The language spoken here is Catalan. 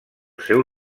seu